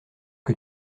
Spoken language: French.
que